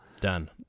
Done